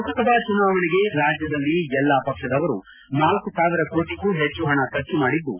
ಲೋಕಸಭಾ ಚುನಾವಣೆಗೆ ರಾಜ್ಯದಲ್ಲಿ ಎಲ್ಲಾ ಪಕ್ಷದವರು ನಾಲ್ಲು ಸಾವಿರ ಕೋಟಗೂ ಹೆಚ್ಚು ಹಣ ಖರ್ಚು ಮಾಡಿದ್ದು